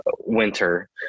winter